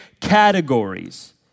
categories